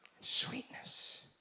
sweetness